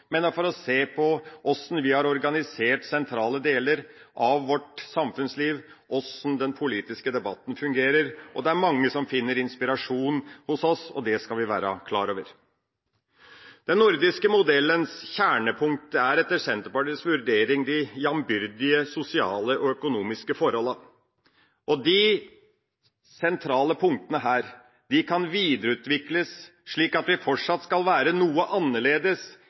men for å se på hvordan vi har organisert sentrale deler av vårt samfunnsliv, hvordan den politiske debatten fungerer. Det er mange som finner inspirasjon hos oss, og det skal vi være klar over. Den nordiske modellens kjernepunkt er, etter Senterpartiets vurdering, de jambyrdige sosiale og økonomiske forholdene. De sentrale punktene her kan videreutvikles slik at vi fortsatt skal være noe annerledes